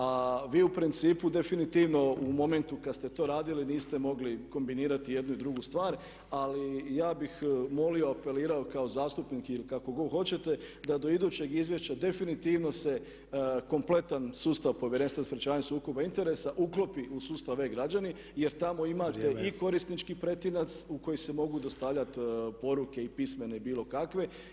A vi u principu definitivno u momentu kad ste to radili niste mogli kombinirati jednu i drugu stvar, ali ja bih molio, apelirao kao zastupnik ili kako god hoćete da do idućeg izvješća definitivno se kompletan sustav Povjerenstva o sprječavanju sukoba interesa uklopi u sustav e-građani jer tamo imate i korisnički pretinac u koji se mogu dostavljat poruke pismene i bilo kakve.